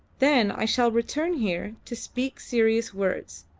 then i shall return here to speak serious words,